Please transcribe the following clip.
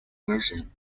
version